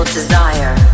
desire